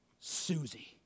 Susie